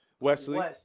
Wesley